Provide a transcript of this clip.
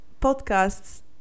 podcast's